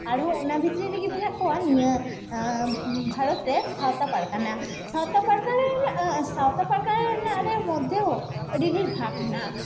ᱟᱨᱦᱚᱸ ᱚᱱᱟ ᱵᱷᱤᱛᱨᱤ ᱨᱮᱜᱮ ᱢᱮᱱᱟᱜ ᱠᱚᱣᱟ ᱱᱤᱭᱟᱹ ᱵᱷᱟᱨᱚᱛᱨᱮ ᱥᱟᱣᱛᱟ ᱯᱟᱨᱜᱟᱱᱟ ᱥᱟᱣᱛᱟ ᱯᱟᱨᱜᱟᱱᱟ ᱨᱮᱱᱟᱜ ᱥᱟᱣᱛᱟ ᱯᱟᱨᱜᱟᱱᱟ ᱨᱮᱱᱟᱜ ᱨᱮ ᱢᱚᱫᱽᱫᱷᱮᱦᱚᱸ ᱟᱹᱰᱤᱜᱮ ᱵᱷᱟᱜᱽ ᱢᱮᱱᱟᱜᱼᱟ